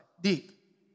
deep